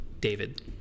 David